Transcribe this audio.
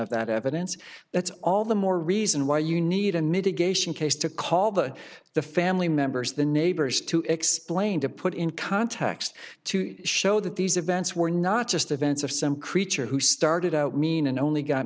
of that evidence that's all the more reason why you need a mitigation case to call the the family members the neighbors to explain to put in context to show that these events were not just events of some creature who started out mean and only got